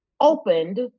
opened